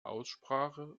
aussprache